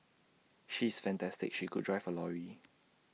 she is fantastic she could drive A lorry